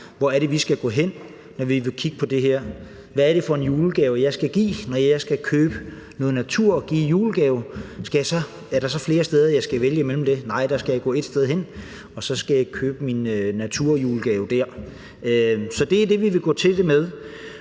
Hvor er det vi skal gå hen, når vi vil kigge på det her? Hvad er det for en julegave, jeg skal give, når jeg skal købe noget natur for at give det i julegave? Er der så flere steder, jeg skal vælge imellem? Nej, der skal jeg gå ét sted hen, og så skal jeg købe min naturjulegave der. Så det er det, vi vil gå til det med.